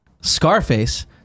Scarface